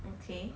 okay